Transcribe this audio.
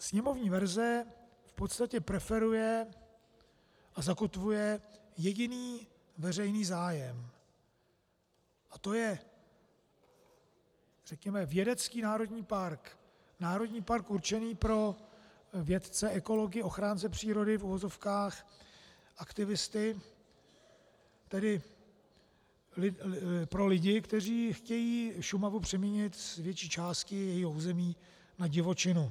Sněmovní verze v podstatě preferuje a zakotvuje jediný veřejný zájem a to je řekněme vědecký národní park, národní park určený pro vědce, ekology, ochránce přírody v uvozovkách, aktivisty, tedy pro lidi, kteří chtějí Šumavu přeměnit z větší části jejího území na divočinu.